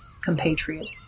compatriot